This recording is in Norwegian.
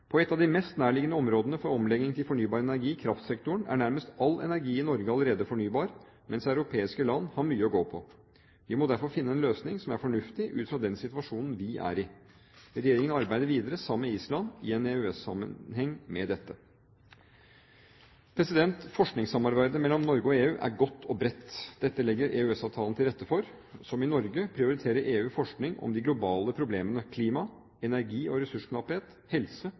På ett av de mest nærliggende områdene for omlegging til fornybar energi, kraftsektoren, er nærmest all energi i Norge allerede fornybar, mens europeiske land har mye å gå på. Vi må derfor finne en løsning som er fornuftig ut fra den situasjonen vi er i. Regjeringen arbeider videre sammen med Island i en EØS-sammenheng med dette. Forskningssamarbeidet mellom Norge og EU er godt og bredt. Dette legger EØS-avtalen til rette for. Som i Norge prioriterer EU forskning om de globale problemene: klima, energi og ressursknapphet, helse